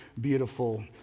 beautiful